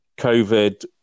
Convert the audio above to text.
COVID